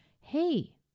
hey